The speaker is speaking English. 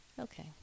Okay